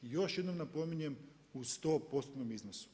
I još jednom napominjem u 100%-tnom iznosu.